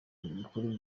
bikuru